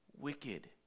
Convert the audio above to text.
wicked